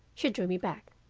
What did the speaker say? she drew me back.